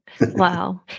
Wow